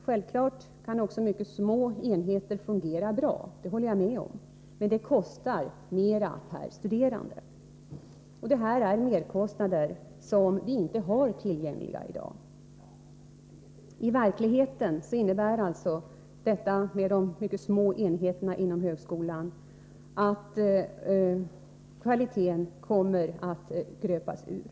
Självfallet kan också mycket små enheter fungera bra — det håller jag med om — men kostnaden per studerande blir större, och detta är merkostnader som vi inte har medel tillgängliga för i dag. I verkligheten innebär detta med de mycket små enheterna inom högskolan som det kommer att bli fråga om att kvaliteten kommer att gröpas ur.